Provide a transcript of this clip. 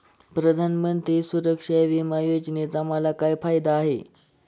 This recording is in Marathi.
प्रधानमंत्री सुरक्षा विमा योजनेचा मला काय फायदा होईल?